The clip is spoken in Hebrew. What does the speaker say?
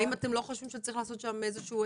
האם אתם לא חושבים שצריך לעשות שם רביזיה?